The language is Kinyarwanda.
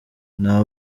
nta